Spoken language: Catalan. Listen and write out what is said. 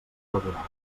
laborals